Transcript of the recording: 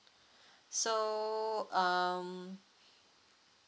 so um